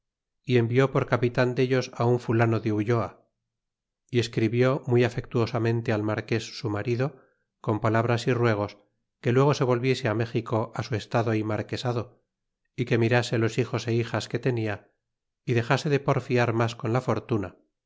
y envió por capitan dellos un fulano de me y escribió muy afectuosamente al marques su marido con palabras y ruegos que luego se volviese méxico su estado y marquesado y que mirase los hijos é hijas que tenia y dexase de porfiar mas con la fortuna